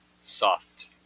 soft